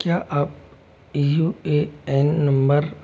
क्या आप U A N number